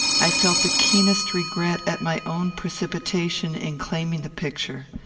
i felt the keenest regret at my own precipitation in claiming the picture.